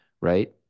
right